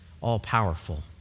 all-powerful